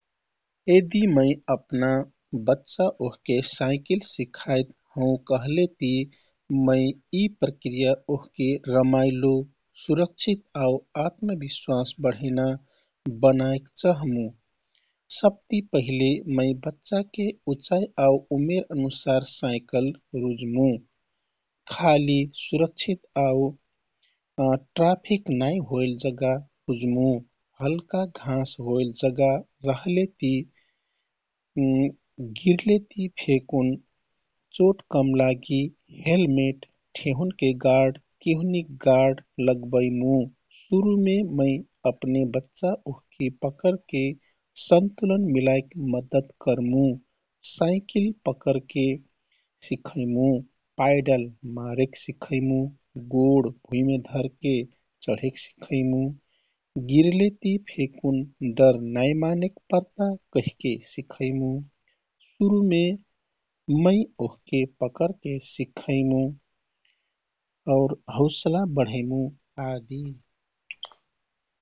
यदि मै अपना बच्चा ओहके साइकिल सिखाइत हौँ कहलेति मै यी प्रक्रिया ओहके रमाइलो, सुरक्षित आउ आत्मविश्वास बढैना बनाइक चहमु। सबती पहिले मै बच्चाके उचाइ आउ उमेर अनुसार साइकल रूजमु, खाली, सुरक्षित आउ ट्राफिक नाइ होइल जगा खुजमु। हल्का घाँस होइल जगा रहिते गिरलेती फेकुन चोट कम लागी, हेल्मेट, ठेहुनके गार्ड, किहुनिक गार्ड लगबैमु, सुरुमे मै अपने बच्चा ओहके पकरके सन्तुलन मिलाइक मद्दत करमु। साइकिल पकरके सिखैमु, पाइडल मारेक सिखैमु, गोड भुइमे धरके चढेक सिखैमु। गिरलेति फेकुन डर नाइमानेक परता कहिके सिखैमु। सुरूमे मै ओहके पकरके सिखैमु आउ हौसला बढैमु आदि।